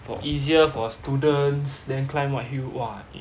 for easier for students then climb what hill !wah!